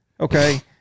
Okay